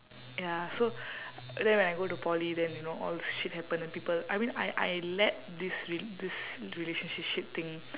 ya so then when I go to poly then you know all shit happen and people I mean I I let this rel~ this relationship thing